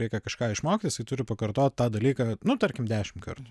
reikia kažką išmokt jisai turi pakartot tą dalyką nu tarkim dešimt kartų